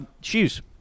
Shoes